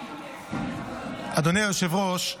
אדוני היושב-ראש,